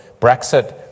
Brexit